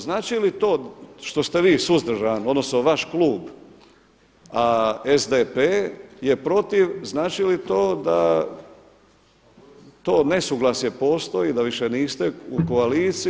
Znači li to što ste vi suzdržani odnosno vaš klub, a SDP je protiv, znači li to da to nesuglasje postoji da više niste u koaliciji?